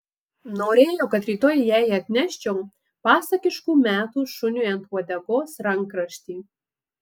norėjo kad rytoj jai atneščiau pasakiškų metų šuniui ant uodegos rankraštį